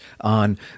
on